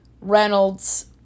Reynolds